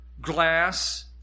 glass